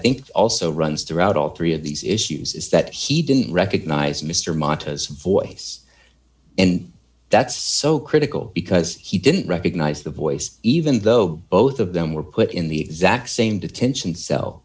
think also runs throughout all three of these issues is that he didn't recognize mr matas voice and that's so critical because he didn't recognize the voice even though both of them were put in the exact same detention cell